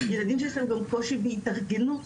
ילדים שיש להם גם קושי בהתארגנות,